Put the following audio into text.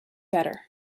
better